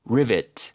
Rivet